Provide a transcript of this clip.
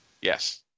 Yes